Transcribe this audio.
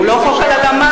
הוא לא חוק על הלאמה.